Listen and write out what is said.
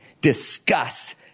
discuss